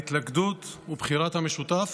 ההתלכדות ובחירת המשותף,